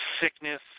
sickness